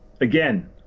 again